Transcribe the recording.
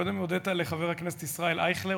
קודם הודית לחבר הכנסת ישראל אייכלר,